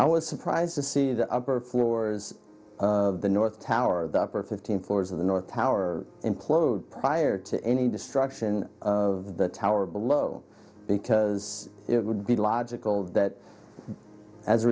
i was surprised to see the upper floors of the north tower the upper fifteen floors of the north tower implode prior to any destruction of the tower below because it would be logical that as a